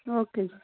okay ਜੀ